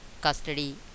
custody